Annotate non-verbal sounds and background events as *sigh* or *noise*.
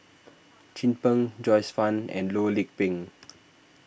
Chin Peng Joyce Fan and Loh Lik Peng *noise*